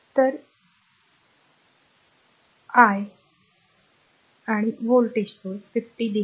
तर आणि I वर्तमान व्होल्टेज स्त्रोत 50 दिले आहे